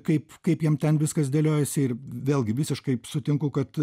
kaip kaip jam ten viskas dėliojasi ir vėlgi visiškai sutinku kad